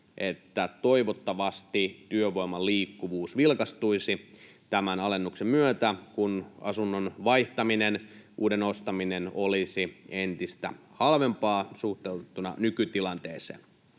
että toivottavasti työvoiman liikkuvuus vilkastuisi tämän alennuksen myötä, kun asunnon vaihtaminen, uuden ostaminen, olisi entistä halvempaa suhteutettuna nykytilanteeseen.